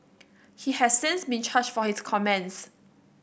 he has since been charged for his comments